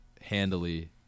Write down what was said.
handily